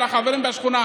לחברים בשכונה,